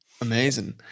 Amazing